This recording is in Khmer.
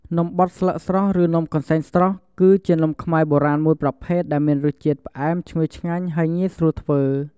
នំបត់ស្លឹកស្រស់ ឬនំកន្សែងស្រស់ គឺជានំខ្មែរបុរាណមួយប្រភេទដែលមានរសជាតិផ្អែម ឈ្ងុយ ឆ្ងាញ់ ហើយងាយស្រួលធ្វើ។